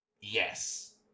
yes